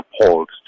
appalled